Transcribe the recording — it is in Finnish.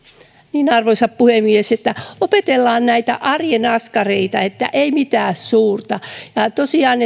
arvoisa puhemies opetellaan näitä arjen askareita ei mitään suurta tosiaan